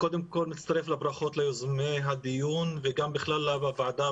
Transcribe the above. אני מצטרף לברכות ליוזמי הדיון ובכלל לוועדה